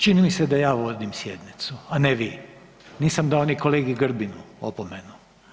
Čini mi se da ja vodim sjednicu, a ne vi, nisam dao ni kolegi Grbinu opomenu.